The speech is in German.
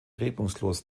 regungslos